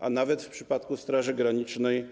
a nawet wzrasta, jak w przypadku Straży Granicznej.